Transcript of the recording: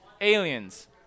aliens